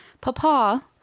Papa